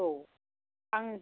औ आं